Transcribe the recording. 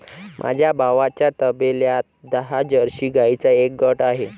माझ्या भावाच्या तबेल्यात दहा जर्सी गाईंचा एक गट आहे